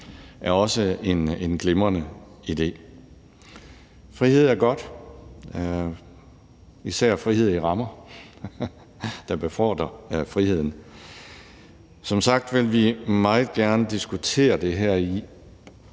er også en glimrende idé. Frihed er godt, især frihed i rammer, der befordrer friheden. Som sagt vil vi meget gerne diskutere det her i